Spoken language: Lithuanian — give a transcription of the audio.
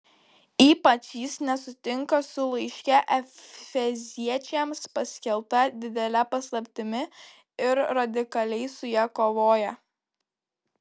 ypač jis nesutinka su laiške efeziečiams paskelbta didele paslaptimi ir radikaliai su ja kovoja